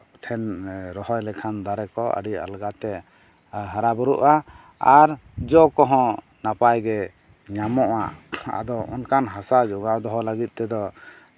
ᱴᱷᱮᱱ ᱨᱚᱦᱚᱭ ᱞᱮᱠᱷᱟᱱ ᱫᱟᱨᱮ ᱠᱚ ᱟᱹᱰᱤ ᱟᱞᱜᱟᱛᱮ ᱦᱟᱨᱟ ᱵᱩᱨᱩᱜᱼᱟ ᱟᱨ ᱡᱚ ᱠᱚᱦᱚᱸ ᱱᱟᱯᱟᱭᱜᱮ ᱧᱟᱢᱚᱜᱼᱟ ᱟᱫᱚ ᱚᱱᱠᱟᱱ ᱦᱟᱥᱟ ᱡᱚᱜᱟᱣ ᱫᱚᱦᱚ ᱞᱟᱹᱜᱤᱫ ᱛᱮᱫᱚ